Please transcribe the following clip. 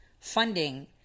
funding